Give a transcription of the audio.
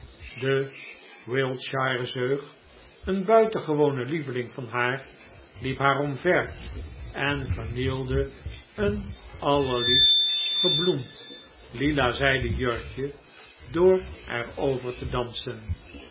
de wiltshire zeug een buitengewone lieveling van haar liep haar omver en vernielde een allerliefst gebloemd lila zijden jurkje door er over te dansen